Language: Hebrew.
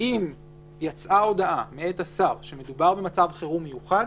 אם יצאה הודעה מאת השר שמדובר במצב חירום מיוחד,